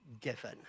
given